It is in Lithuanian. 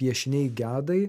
piešiniai gedai